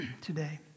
today